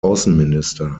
außenminister